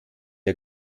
der